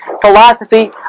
philosophy